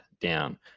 down